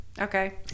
okay